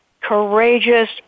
courageous